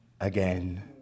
again